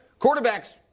quarterbacks